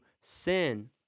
sin